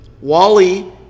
Wally